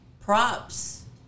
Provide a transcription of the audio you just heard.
props